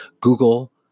Google